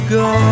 go